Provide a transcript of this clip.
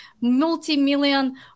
multi-million